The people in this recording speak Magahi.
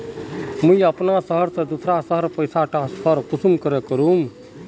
मुई अपना शहर से दूसरा शहर पैसा ट्रांसफर कुंसम करे करूम?